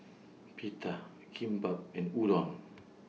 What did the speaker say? Pita Kimbap and Udon